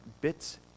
bits